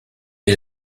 est